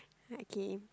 okay